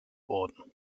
worden